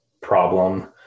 problem